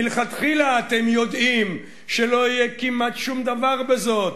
מלכתחילה אתם יודעים שלא יהיה כמעט שום דבר בזאת,